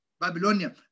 Babylonia